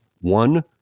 One